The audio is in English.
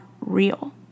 real